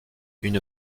une